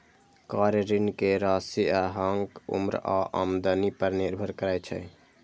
car ऋण के राशि अहांक उम्र आ आमदनी पर निर्भर करै छै